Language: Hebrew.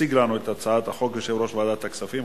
יציג לנו את הצעת החוק יושב-ראש ועדת הכספים,